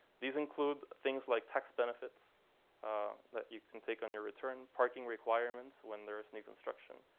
these include things like tax benefits that you can take on your return, parking requirements when there is new construction